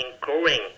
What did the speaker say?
growing